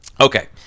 Okay